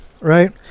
right